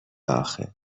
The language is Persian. آخه